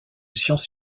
science